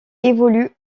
évolue